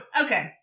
Okay